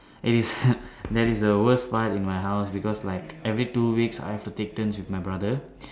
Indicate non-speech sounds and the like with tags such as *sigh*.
it is *noise* that is the worst part in house because like every two weeks I have to take turns with my brother